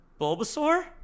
Bulbasaur